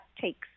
takes